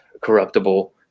corruptible